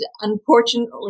unfortunately